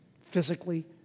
physically